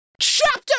Chapter